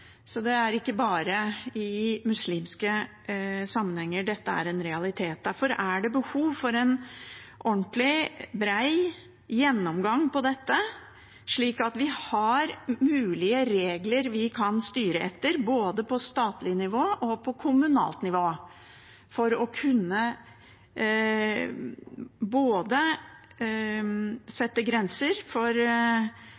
det er ikke bare i muslimske sammenhenger dette er en realitet. Derfor er det behov for en ordentlig, bred gjennomgang av dette, slik at vi har mulige regler vi kan styre etter, både på statlig og kommunalt nivå, både for å kunne